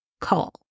call